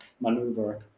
maneuver